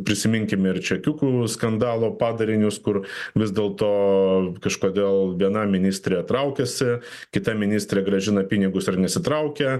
prisiminkim ir čekiukų skandalo padarinius kur vis dėl to kažkodėl viena ministrė traukiasi kita ministrė grąžina pinigus ir nesitraukia